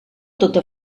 tota